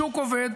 שוק עובד,